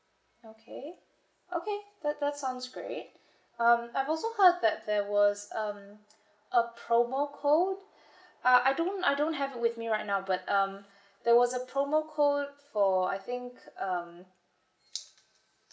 okay okay that that's sounds great um I've also heard that there was um a promo code uh I don't I don't have it with me right now but um there was a promo code for I think um